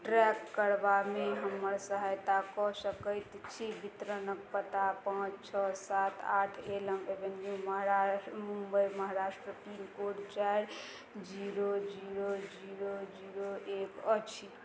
track करबामे हमर सहायता कऽ सकै छी वितरणके पता पाँच छओ सात आठ Elm avenue Maharashtra Mumbai Maharashtra pin code चारि जीरो जीरो जीरो जीरो एक अछि